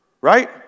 Right